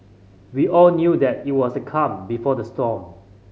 we all knew that it was the calm before the storm